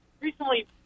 recently